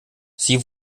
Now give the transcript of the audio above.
sie